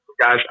Guys